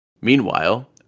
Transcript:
Meanwhile